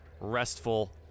restful